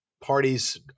parties